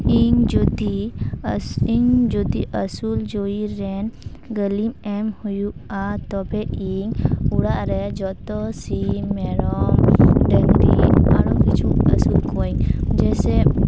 ᱤᱧ ᱡᱩᱫᱤ ᱤᱧ ᱡᱩᱫᱤ ᱟᱹᱥᱩᱞ ᱡᱚᱭᱤ ᱨᱮᱱ ᱜᱟᱹᱞᱤᱢ ᱮᱢ ᱦᱩᱭᱩᱜᱼᱟ ᱛᱚᱵᱮ ᱤᱧ ᱚᱲᱟᱜ ᱨᱮ ᱡᱚᱛᱚ ᱥᱤᱢ ᱢᱮᱨᱚᱢ ᱰᱟᱝᱨᱤ ᱟᱨᱚ ᱠᱤᱪᱷᱩ ᱟᱥᱩᱞ ᱠᱚᱣᱟᱹᱧ ᱡᱮᱥᱮ